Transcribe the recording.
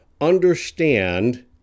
understand